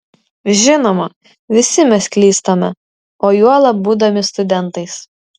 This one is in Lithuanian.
žinoma visi mes klystame o juolab būdami studentais